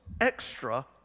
extra